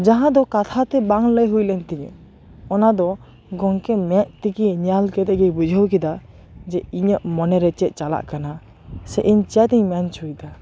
ᱡᱟᱦᱟᱸ ᱫᱚ ᱠᱟᱛᱷᱟ ᱛᱮ ᱵᱟᱝ ᱞᱟᱹᱭ ᱦᱩᱭ ᱞᱮᱱ ᱛᱤᱧᱟᱹ ᱚᱱᱟ ᱫᱚ ᱜᱚᱢᱠᱮ ᱢᱮᱫ ᱛᱮᱜᱮ ᱧᱮᱞ ᱠᱟᱛᱮᱜᱮᱭ ᱵᱩᱡᱷᱟᱹᱣ ᱠᱮᱫᱟ ᱡᱮ ᱤᱧᱟᱹᱜ ᱢᱚᱱᱮ ᱪᱮᱫ ᱪᱟᱞᱟᱜ ᱠᱟᱱᱟ ᱥᱮ ᱤᱧ ᱪᱮᱫ ᱤᱧ ᱢᱮᱱ ᱪᱚᱭᱮᱫᱟ